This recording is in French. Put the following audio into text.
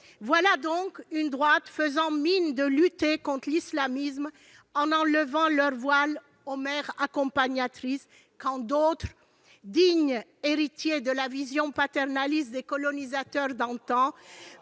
Voilà donc une droite faisant mine de lutter contre l'islamisme en enlevant leur voile aux mères accompagnatrices, quand d'autres, dignes héritiers de la vision paternaliste des colonisateurs d'antan,